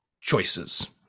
choices